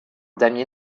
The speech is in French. damier